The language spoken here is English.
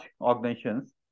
organizations